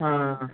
ಹಾಂ